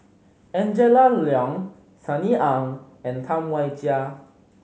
Angela Liong Sunny Ang and Tam Wai Jia